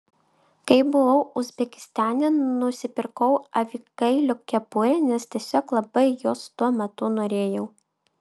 kai buvau uzbekistane nusipirkau avikailio kepurę nes tiesiog labai jos tuo metu norėjau